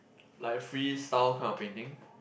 like freestyle kind of painting